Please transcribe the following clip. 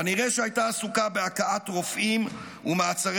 כנראה שהייתה עסוקה בהכאת רופאים ומעצר